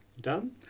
Done